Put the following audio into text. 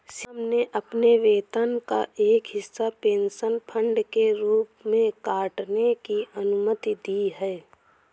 श्याम ने अपने वेतन का एक हिस्सा पेंशन फंड के रूप में काटने की अनुमति दी है